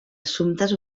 assumptes